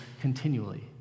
continually